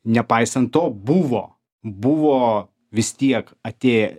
nepaisant to buvo buvo vis tiek atėję